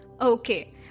Okay